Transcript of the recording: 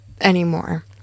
anymore